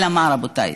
אלא מה, רבותיי?